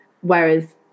whereas